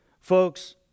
Folks